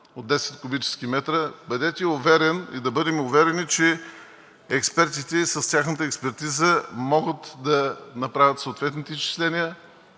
от 10 кубически метра, бъдете уверен, и да бъдем уверени, че експертите с тяхната експертиза могат да направят съответните изчисления.